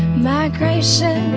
migration,